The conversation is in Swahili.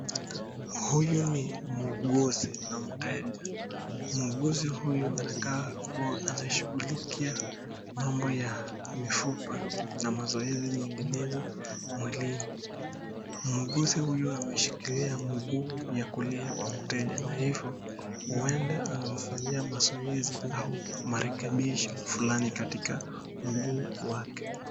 Huyu ni muuguzi na mteja. Muuguzi huyu anakaa kuwa anashughulikia mambo ya mifupa na mazoezi nyinginezo mwilini. Muuguzi huyu ameshikilia mguu ya kulia ya mteja. Kwa hivyo huenda anamfanyia mazoezi au marekebisho katika mguu wake.